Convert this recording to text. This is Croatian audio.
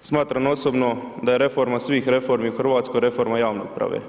smatram osobno da je reforma svih reformi u RH, reforma javne uprave.